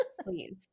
please